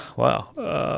wow.